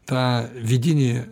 tą vidinį